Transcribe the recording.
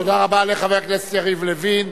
תודה רבה לחבר הכנסת יריב לוין,